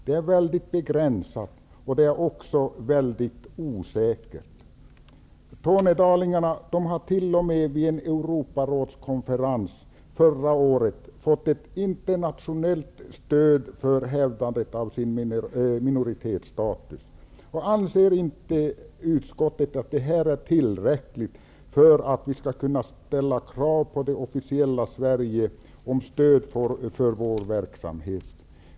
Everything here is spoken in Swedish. Det är också mycket osäkert. Europarådskonferens förra året fått ett internationellt stöd för hävdandet av sin minoritetsstatus. Anser inte utskottet att detta är tillräckligt för att vi skall kunna ställa krav på det officiella Sverige om stöd för vår verksamhet?